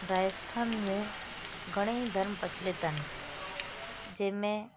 राजस्थान में घणेई धर्म प्रचलित आहिनि जंहिं में